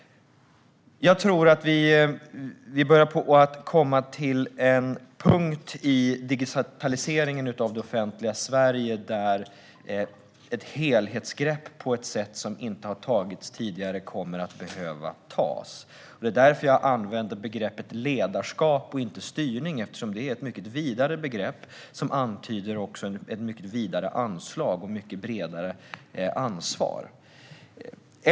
Jag tror att vi börjar komma till en punkt i digitaliseringen av det offentliga Sverige där ett helhetsgrepp kommer att behöva tas på ett sätt som inte har skett tidigare. Det är därför jag använder begreppet ledarskap, inte styrning. Det är ett mycket vidare begrepp, som antyder ett vidare anslag och ett bredare ansvar.